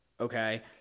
okay